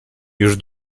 już